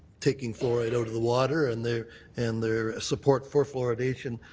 taking fluoride out of the water, and their and their support for fluoridation.